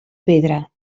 pedra